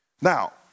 Now